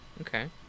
Okay